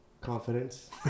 Confidence